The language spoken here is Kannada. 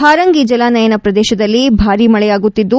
ಹಾರಂಗಿ ಜಲಾನಯನ ಪ್ರದೇಶದಲ್ಲಿ ಬಾರೀ ಮಳೆಯಾಗುತ್ತಿದ್ದು